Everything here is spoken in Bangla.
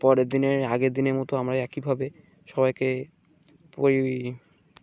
পরের দিনের আগের দিনের মতো আমরা একইভাবে সবাইকে ওই